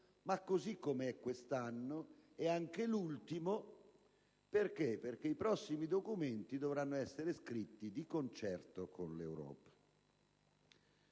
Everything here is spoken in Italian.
ma, così com'è quest'anno, è anche l'ultimo, perché i prossimi documenti dovranno essere scritti di concerto con l'Europa.